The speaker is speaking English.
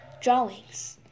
Drawings